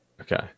Okay